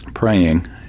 praying